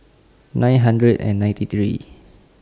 nine hundred and ninety three